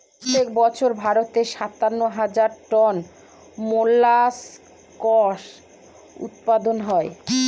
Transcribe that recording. প্রত্যেক বছর ভারতে সাতান্ন হাজার টন মোল্লাসকস উৎপাদন হয়